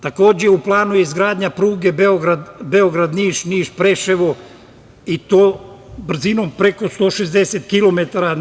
Takođe, u planu je izgradnja pruge Beograd – Niš, Niš – Preševo i to brzinom preko 160 km.